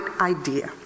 idea